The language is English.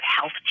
health